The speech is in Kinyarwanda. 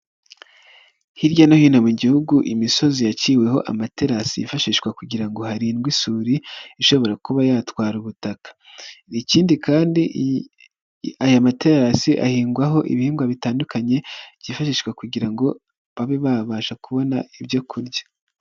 Hirya no hino mu gihugu, imisozi yaciweho amaterasi yifashishwa kugira ngo harindwe isuri ishobora kuba yatwara ubutaka, ikindi kandi aya materasi ahingwaho ibihingwa bitandukanye byifashishwa kugira ngo babe babasha kubona ibyo kurya.